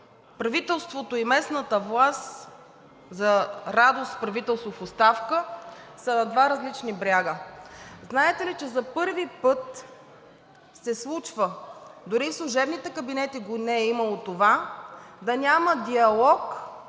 правителството и местната власт – за радост правителство в оставка, са два различни бряга? Знаете ли, че за първи път се случва, дори и в служебните кабинети не го е имало това, да няма диалог